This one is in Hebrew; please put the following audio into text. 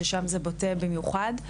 שם זה בוטה במיוחד.